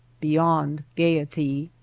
beyond gayety.